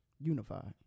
unified